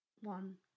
one